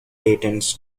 patents